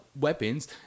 weapons